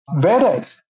Whereas